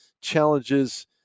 challenges